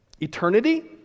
Eternity